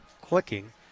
clicking